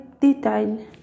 detail